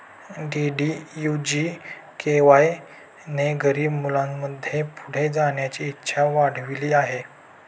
DDU GKY ने गरीब मुलांमध्ये पुढे जाण्याची इच्छा वाढविली आहे